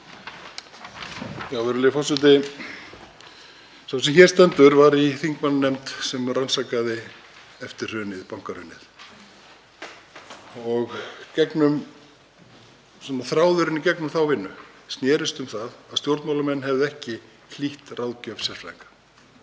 Virðulegur forseti. Sá sem hér stendur var í þingmannanefnd sem rannsakaði eftirhrunið, bankahrunið. Þráðurinn í gegnum þá vinnu snerist um það að stjórnmálamenn hefðu ekki hlítt ráðgjöf sérfræðinga.